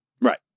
Right